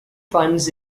funds